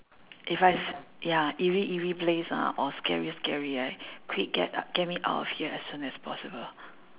if I ya eerie eerie place ah or scary scary right quick get get me out of here as soon as possible